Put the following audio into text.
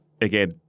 again